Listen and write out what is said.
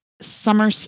summer